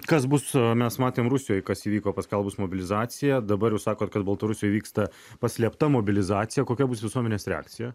kas bus su mes matėme rusijoje kas įvyko paskelbus mobilizaciją dabar sakote kad baltarusijoje vyksta paslėpta mobilizacija kokia bus visuomenės reakcija